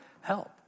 help